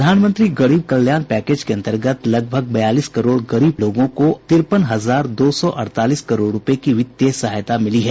प्रधानमंत्री गरीब कल्याण पैकेज के अंतर्गत करीब बयालीस करोड़ गरीब लोगों को तिरपन हजार दो सौ अड़तालीस करोड रूपये की वित्तीय सहायता मिली है